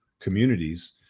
Communities